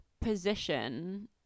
position